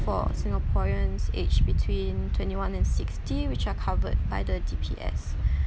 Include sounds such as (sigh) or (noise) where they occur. for singaporeans aged between twenty one and sixty which are covered by the D_P_S (breath)